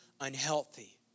unhealthy